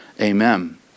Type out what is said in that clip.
Amen